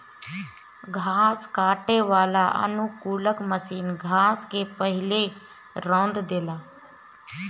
घास काटे वाला अनुकूलक मशीन घास के पहिले रौंद देला